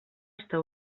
està